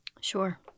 Sure